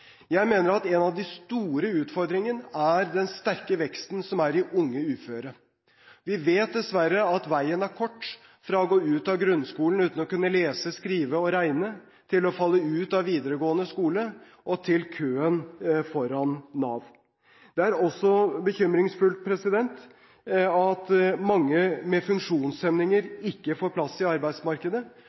Jeg mener at en av de store utfordringene er den sterke veksten av unge uføre. Vi vet dessverre at veien er kort fra å gå ut av grunnskolen uten å kunne lese, skrive eller regne, til å falle ut av videregående skole og til køen foran Nav. Det er også bekymringsfullt at mange med funksjonshemninger ikke får plass i arbeidsmarkedet,